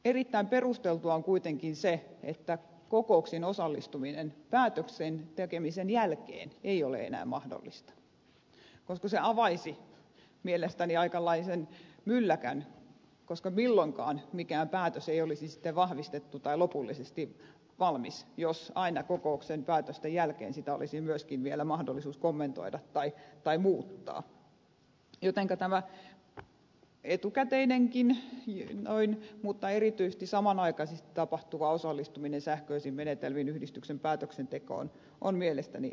erittäin perusteltua on kuitenkin se että kokouksiin osallistuminen päätöksen tekemisen jälkeen ei ole enää mahdollista koska se avaisi mielestäni aikalaisen mylläkän koska milloinkaan mikään päätös ei olisi sitten vahvistettu tai lopullisesti valmis jos aina kokousten päätösten jälkeen sitä olisi myöskin vielä mahdollisuus kommentoida tai muuttaa jotenka tämä etukäteinenkin mutta erityisesti samanaikaisesti tapahtuva osallistuminen sähköisin menetelmin yhdistyksen päätöksentekoon on mielestäni järkevä